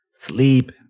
sleep